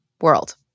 world